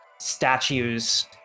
statues